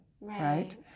right